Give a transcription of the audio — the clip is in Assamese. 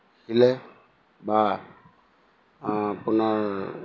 থাকিলে বা আপোনাৰ